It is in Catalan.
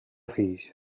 fills